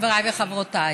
חבריי וחברותיי,